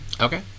Okay